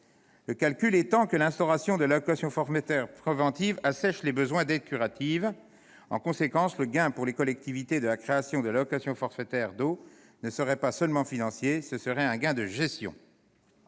est que l'instauration de l'allocation forfaitaire préventive assèche les besoins d'aides curatives. Par conséquent, le gain pour les collectivités de la création de l'allocation forfaitaire d'eau ne serait pas seulement financier : ce serait aussi un gain de gestion.